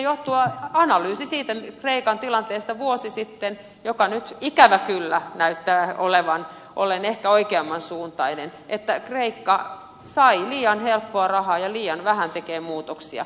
yksi analyysi siitä kreikan tilanteesta vuosi sitten joka nyt ikävä kyllä näyttää olleen ehkä oikeamman suuntainen on että kreikka sai liian helppoa rahaa ja liian vähän tekee muutoksia